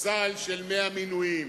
סל של 100 מינויים,